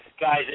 Guys